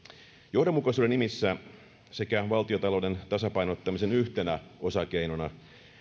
johdonmukaisuuden nimissä sekä valtiontalouden tasapainottamisen yhtenä osakeinona